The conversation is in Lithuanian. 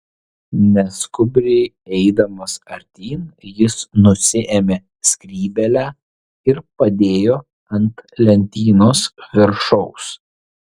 neskubriai eidamas artyn jis nusiėmė skrybėlę ir padėjo ant lentynos viršaus